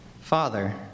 Father